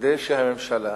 כדי שהממשלה